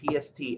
PST